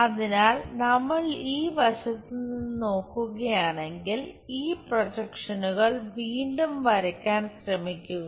അതിനാൽ നമ്മൾ ഈ വശത്ത് നിന്ന് നോക്കുകയാണെങ്കിൽ ഈ പ്രൊജക്ഷനുകൾ വീണ്ടും വരയ്ക്കാൻ ശ്രമിക്കുക